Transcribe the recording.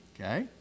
Okay